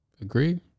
agree